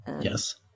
Yes